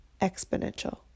exponential